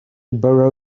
borrow